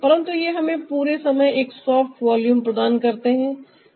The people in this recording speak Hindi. परन्तु ये हमें पूरे समय एक सॉफ्ट वॉल्यूम प्रदान करते हैं